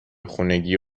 خونگیه